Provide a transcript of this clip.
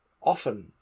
often